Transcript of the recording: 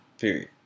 Period